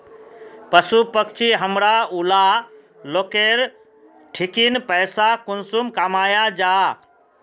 पशु पक्षी हमरा ऊला लोकेर ठिकिन पैसा कुंसम कमाया जा?